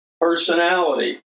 personality